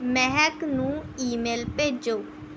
ਮਹਿਕ ਨੂੰ ਈਮੇਲ ਭੇਜੋ